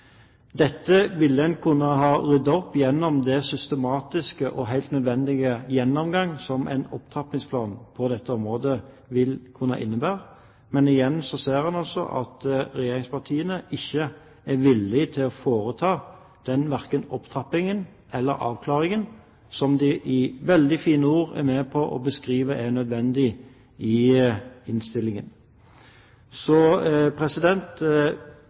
Dette ville en kunne ha ryddet opp i med en systematisk og helt nødvendig gjennomgang på dette området som en opptrappingsplan vil kunne innebære. Men igjen ser man at regjeringspartiene ikke er villig til å foreta en opptrapping eller en avklaring som de med veldig fine ord i innstillingen er med på å beskrive er nødvendig.